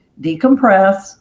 decompress